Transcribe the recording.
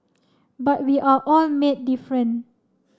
but we are all made different